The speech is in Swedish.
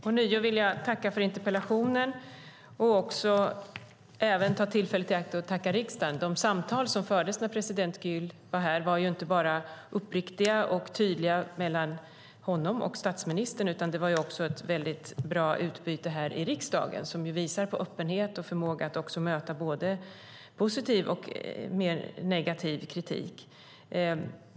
Herr talman! Jag tackar ånyo för interpellationen och även ta tillfället i akt och tacka riksdagen. De samtal som fördes när president Gül var här var inte bara uppriktiga och tydliga mellan honom och statsministern, utan det var också ett väldigt bra utbyte här i riksdagen som visade på öppenhet och förmåga att möta både positiv och negativ kritik.